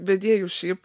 vedėjų šiaip